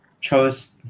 chose